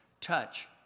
touch